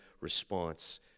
response